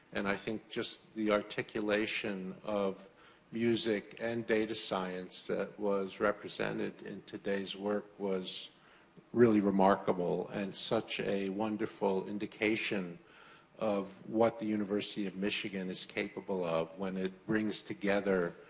and i think, just the articulation of music and data science that was represented in today's work was really remarkable and such a wonderful indication of what the university of michigan is capable of when it brings together